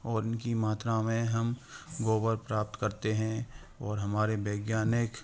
और इनकी मात्रा में हम गोबर प्राप्त करते हैं और हमारे वैज्ञानिक